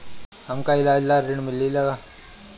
हमका ईलाज ला ऋण मिली का?